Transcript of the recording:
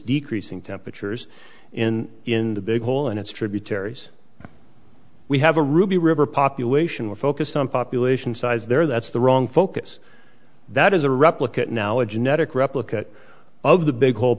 decreasing temperatures in in the big hole and its tributaries we have a ruby river population with focus on population size there that's the wrong focus that is a replicant now a genetic replica of the big whole